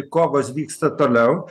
kovos vyksta toliau